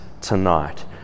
tonight